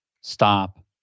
stop